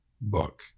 book